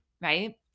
right